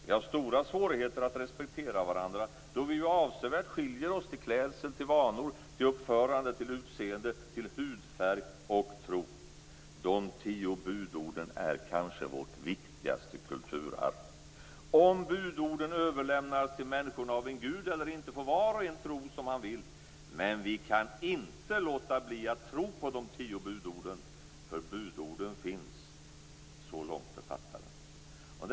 Vi har stora svårigheter att respektera varandra, då vi ju avsevärt skiljer oss till klädsel, till vanor, till uppförande, till utseende, till hudfärg och tro. De tio budorden är kanske vårt viktigaste kulturarv. Om budorden överlämnades till människorna av en gud eller inte får var och en tro som han vill, men vi kan inte låta bli att tro på de tio budorden, för budorden finns. Så långt författaren.